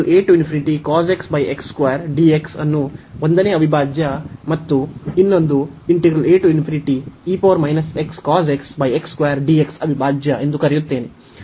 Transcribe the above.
ನಾನು ಅನ್ನು 1ನೇ ಅವಿಭಾಜ್ಯ ಮತ್ತು ಇನ್ನೊಂದು ಅವಿಭಾಜ್ಯ ಎಂದು ಕರೆಯುತ್ತೇನೆ